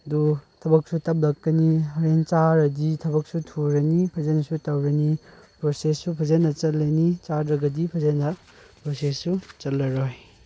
ꯑꯗꯨ ꯊꯕꯛꯁꯨ ꯇꯞꯂꯛꯀꯅꯤ ꯍꯣꯔꯦꯟ ꯆꯥꯔꯗꯤ ꯊꯕꯛꯁꯨ ꯊꯨꯔꯅꯤ ꯐꯖꯅꯁꯨ ꯇꯧꯔꯅꯤ ꯄ꯭ꯔꯣꯁꯦꯁꯁꯨ ꯐꯖꯅ ꯆꯠꯂꯅꯤ ꯆꯥꯗ꯭ꯔꯒꯗꯤ ꯐꯖꯅ ꯄ꯭ꯔꯣꯁꯦꯁꯁꯨ ꯆꯠꯂꯔꯣꯏ